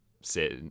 sit